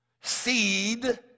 seed